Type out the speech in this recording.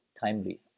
timely